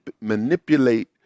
manipulate